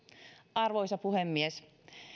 arvoisa puhemies